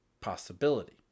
possibility